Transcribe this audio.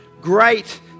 great